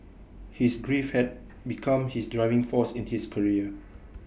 his grief had become his driving force in his career